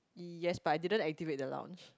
yes but I didn't activate the lounge